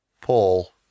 Paul